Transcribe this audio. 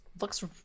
looks